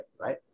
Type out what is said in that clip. right